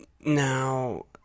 Now